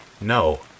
No